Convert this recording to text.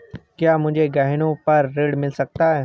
क्या मुझे गहनों पर ऋण मिल सकता है?